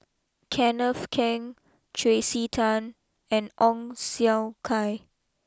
Kenneth Keng Tracey Tan and Ong Siong Kai